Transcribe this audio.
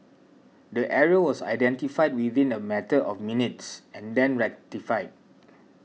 the error was identified within a matter of minutes and then rectified